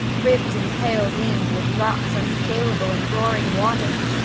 ribb'd and pal'd in with rocks unscalable and roaring waters,